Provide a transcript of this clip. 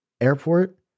airport